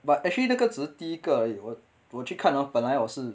but actually 那个只是第一个而已我去看 hor 本来我是